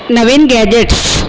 Naveen gadgets